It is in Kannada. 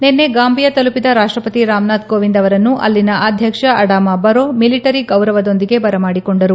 ನಿನೈ ಗಾಂಬಿಯಾ ತಲುಪಿದ ರಾಷ್ಟಪತಿ ರಾಮ್ನಾಥ್ ಕೋವಿಂದ್ ಅವರನ್ನು ಅಲ್ಲಿನ ಅಧ್ಯಕ್ಷ ಅಡಮಾ ಬರೋ ಮಿಲಿಟರಿ ಗೌರವದೊಂದಿಗೆ ಬರಮಾಡಿಕೊಂಡರು